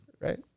Right